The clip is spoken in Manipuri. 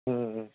ꯎꯝ ꯎꯝ ꯎꯝ